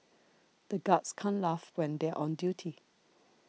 the guards can't laugh when they are on duty